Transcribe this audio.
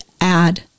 add